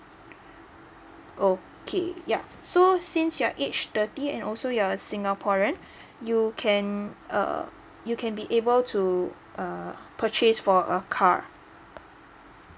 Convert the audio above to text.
okay ya so since you are age thirty and also you are singaporean you can err you can be able to uh purchase for a car